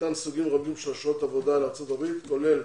מתן סוגים רבים של אשרות עבודה לארצות הברית, כולל